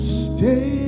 stay